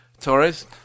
Torres